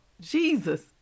Jesus